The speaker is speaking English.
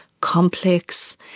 complex